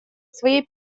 своей